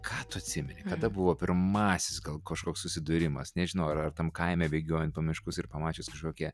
ką tu atsimeni kada buvo pirmasis gal kažkoks susidūrimas nežinau ar ar tam kaime bėgiojant po miškus ir pamačius kažkokią